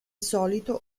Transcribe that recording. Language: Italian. solito